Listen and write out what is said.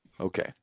Okay